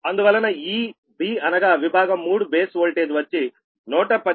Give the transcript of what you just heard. అందువలన ఈ b అనగా విభాగం 3 బేస్ వోల్టేజ్ వచ్చి 118